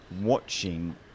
watching